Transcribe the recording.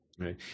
Right